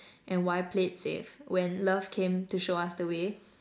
and why play it safe when love came to show us the way